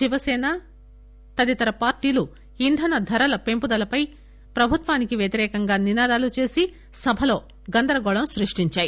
శివసీన తదితర పార్టీలు ఇంధన ధరల పెంపుదల పై ప్రభుత్వానికి వ్యతిరేకంగా నినాదాలు చేసి సభలో గందరగోళం సృష్టించాయి